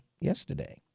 yesterday